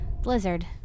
Blizzard